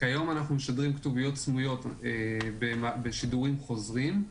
כיום אנחנו משדרים כתוביות סמויות בשידורים חוזרים.